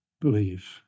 believe